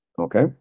okay